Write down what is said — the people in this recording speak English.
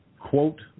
quote